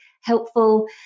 helpful